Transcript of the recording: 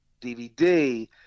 DVD